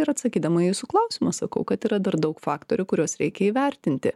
ir atsakydama į jūsų klausimą sakau kad yra dar daug faktorių kuriuos reikia įvertinti